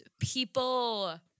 people